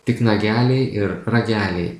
tik nageliai ir rageliai